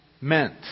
meant